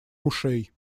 ушей